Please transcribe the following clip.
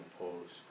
opposed